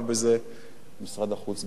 משרד החוץ גם כן, מטבע הדברים.